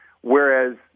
whereas